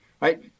right